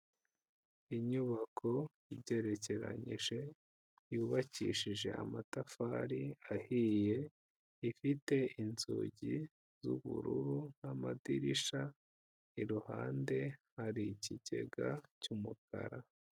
Inyubako igerekeranyije, yubakishije amatafari ahiye, ifite inzugi z'ubururu n'amadirishya, iruhande hari ikigega cy'umukara.